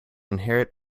inherit